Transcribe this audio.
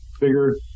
bigger